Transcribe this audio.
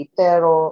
pero